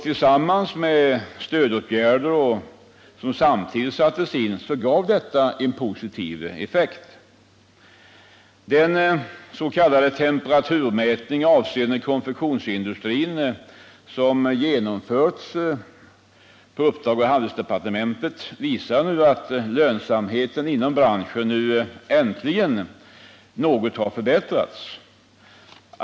Tillsammans med de stödåtgärder som samtidigt sattes in gav detta en positiv effekt. Den s.k. temperaturmätning avseende konfektionsindustrin som genomförts på uppdrag av handelsdepartementet visar att lönsamheten inom branschen nu äntligen något har förbättrats.